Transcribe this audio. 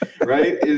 Right